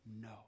No